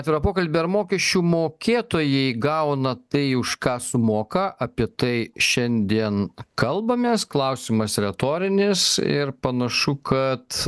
atvirą pokalbį ar mokesčių mokėtojai gauna tai už ką sumoka apie tai šiandien kalbamės klausimas retorinis ir panašu kad